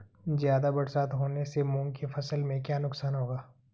ज़्यादा बरसात होने से मूंग की फसल में क्या नुकसान होगा?